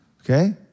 Okay